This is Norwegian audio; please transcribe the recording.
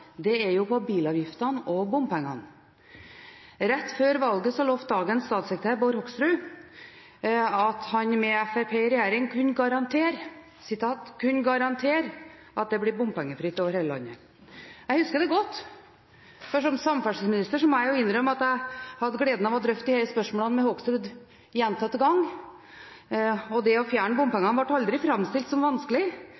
er bilavgiftene og bompengene. Rett før valget lovet dagens statssekretær Bård Hoksrud at han med Fremskrittspartiet i regjering kunne garantere at det ble bompengefritt over hele landet. Jeg husker det godt. Da jeg var samferdselsminister, hadde jeg gleden av – må jeg innrømme – å drøfte disse spørsmålene med Hoksrud gjentatte ganger. Det å fjerne